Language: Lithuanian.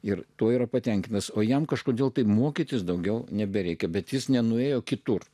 ir tuo yra patenkintas o jam kažkodėl taip mokytis daugiau nebereikia bet jis nenuėjo kitur